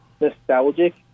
nostalgic